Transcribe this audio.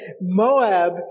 Moab